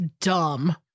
dumb